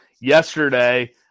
yesterday